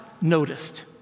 noticed